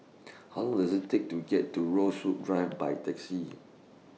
How Long Does IT Take to get to Rosewood Drive By Taxi